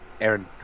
Aaron